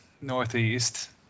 northeast